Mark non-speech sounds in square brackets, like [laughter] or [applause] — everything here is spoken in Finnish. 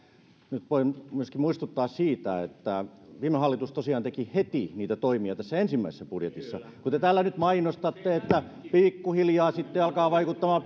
nyt voin myöskin muistuttaa siitä että viime hallitus tosiaan teki heti niitä toimia tässä ensimmäisessä budjetissa kun te täällä nyt mainostatte että pikkuhiljaa sitten alkaa vaikuttamaan [unintelligible]